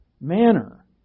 manner